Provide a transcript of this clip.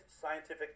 scientific